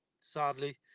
sadly